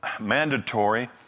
mandatory